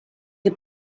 che